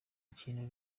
ikintu